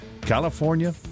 California